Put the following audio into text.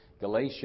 Galatia